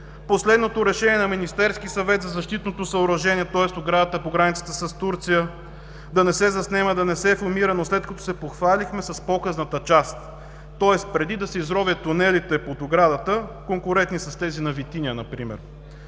последното Решение на Министерски съвет за защитното съоръжение, тоест, оградата по границата с Турция – да не се заснема, да не се филмира, но след като се похвалихме с показната част. Тоест, преди да се изровят тунелите под оградата, конкурентни с тези на „Витиня“ например.